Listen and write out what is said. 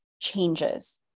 changes